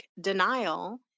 denial